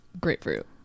grapefruit